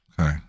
Okay